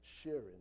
Sharing